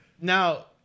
now